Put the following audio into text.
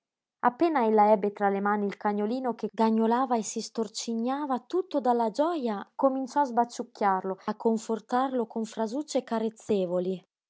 domande appena ella ebbe tra le mani il cagnolino che gagnolava e si storcignava tutto dalla gioja cominciò a sbaciucchiarlo a confortarlo con frasucce carezzevoli e